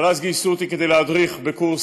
אבל אז גייסו אותי כדי להדריך בקורס